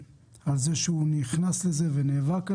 שנכנס לעניין ונאבק עליו.